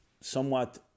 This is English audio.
somewhat